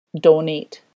donate